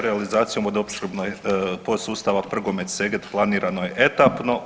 Realizacijom vodoopskrbnog podsustava Prgomet – Seget planirano je etapno.